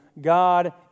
God